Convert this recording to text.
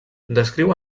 descriu